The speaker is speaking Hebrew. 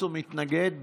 כהגדרתו